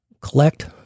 collect